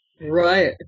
Right